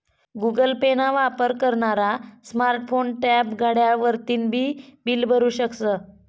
Google Pay ना वापर करनारा स्मार्ट फोन, टॅब, घड्याळ वरतीन बी बील भरु शकस